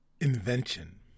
Invention